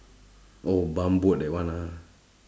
oh bump boat that one ah